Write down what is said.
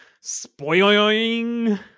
spoiling